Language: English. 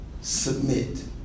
submit